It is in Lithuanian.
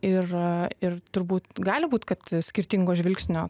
ir ir turbūt gali būt kad skirtingo žvilgsnio